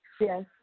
Yes